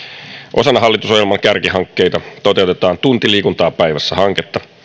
osana hallitusohjelman kärkihankkeita toteutetaan tunti liikuntaa päivässä hanketta